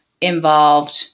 involved